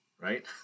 right